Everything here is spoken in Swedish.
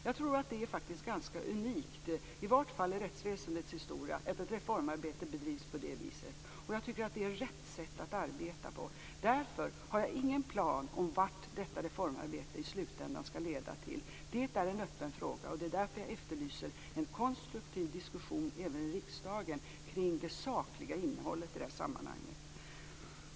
Det är i det närmaste unikt i vart fall i rättsväsendets historia att ett reformarbete bedrivs på det viset. Jag tycker att det är rätt sätt att arbeta. Jag har därför ingen plan för vart detta reformarbete i slutändan skall leda till. Det är en öppen fråga, och det är därför som jag efterlyser en konstruktiv diskussion även i riksdagen om det sakliga innehållet i detta sammanhang.